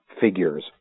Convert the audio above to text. figures